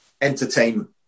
entertainment